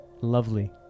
lovely